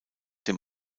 dem